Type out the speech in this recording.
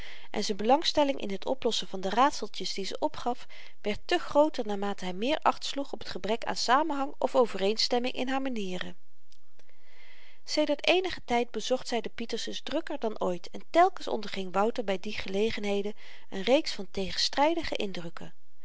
en z'n belangstelling in t oplossen van de raadseltjes die ze opgaf werd te grooter naarmate hy meer acht sloeg op t gebrek aan samenhang of overeenstemming in haar manieren sedert eenigen tyd bezocht zy de pietersens drukker dan ooit en telkens onderging wouter by die gelegenheden n reeks van tegenstrydige indrukken